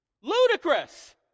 Ludicrous